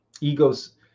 Egos